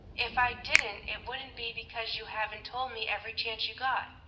if i didn't it wouldn't be because you haven't told me every chance you got.